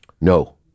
no